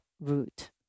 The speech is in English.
root